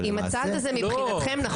אבל למעשה --- אם הצעד הזה מבחינתכם נכון